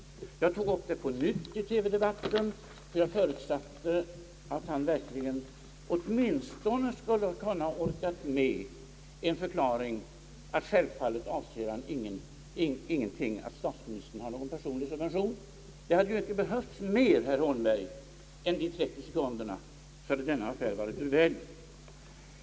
Jag tog upp saken på nytt i TV debatten, eftersom jag förutsatte att han verkligen åtminstone skulle kunnat orka med en förklaring att självfallet avser han inte att statsministern har någon personlig subvention. Det hade ju inte behövts mer än de 30 sekunderna, herr Holmberg, så skulle denna affär ha varit ur världen.